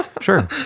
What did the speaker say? Sure